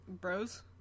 bros